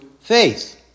faith